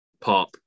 pop